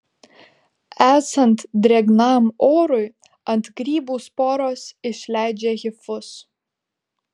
esant drėgnam orui ant grybų sporos išleidžia hifus